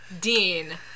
Dean